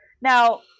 Now